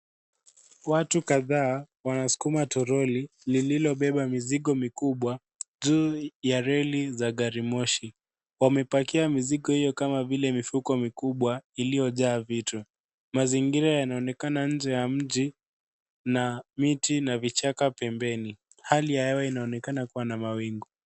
Watu kadhaa, wanasukuma toroli, lililobeba mizigo mikubwa, juu ya reli za gari moshi. Wamepakia mizigo hiyo kama vile mifuko mikubwa, iliyojaa vitu. Mazingira yanaonekana nje ya mji na miti na vichaka pembeni. Hali ya hewa inaonekana kuwa na mawingu.